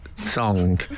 Song